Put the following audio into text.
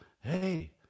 hey